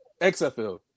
xfl